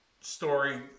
story